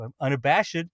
unabashed